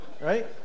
Right